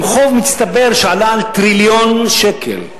עם חוב מצטבר שעלה על טריליון שקל.